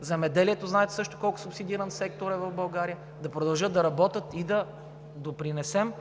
земеделието знаете също колко субсидиран сектор е в България, да продължат да работят и да допринесем